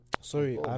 Sorry